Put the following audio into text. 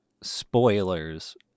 spoilers